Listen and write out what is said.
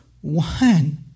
one